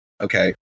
Okay